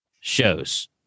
shows